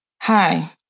Hi